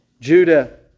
Judah